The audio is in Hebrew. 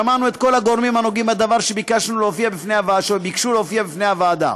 ושמענו את כל הגורמים הנוגעים בדבר שביקשו להופיע בפני הוועדה.